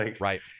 right